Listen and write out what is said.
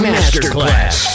Masterclass